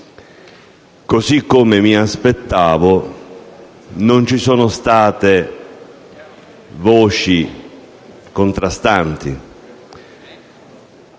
Come mi aspettavo, non ci sono state voci contrastanti.